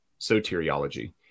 soteriology